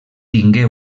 tingué